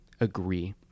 agree